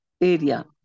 area